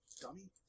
Dummy